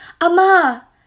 Ama